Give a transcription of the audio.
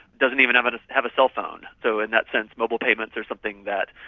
doesn't even have but have a cellphone. so in that sense mobile payments are something that,